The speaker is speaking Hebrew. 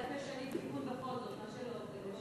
אז איך משנים כיוון בכל זאת, אם